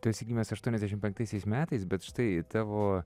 tu esi gimęs aštuoniasdešim penktaisiais metais bet štai tavo